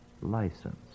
license